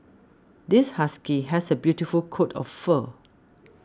this husky has a beautiful coat of fur